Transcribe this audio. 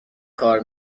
کار